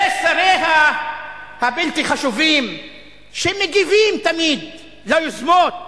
ושריה הבלתי-חשובים שמגיבים תמיד ליוזמות